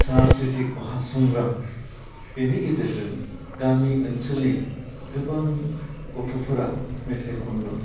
search क्रेटिक महा संग्राम बेनि गेजेरजों गामि ओनसोलनि गोबां गथ'फोरा मेथाइ खननो